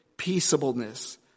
peaceableness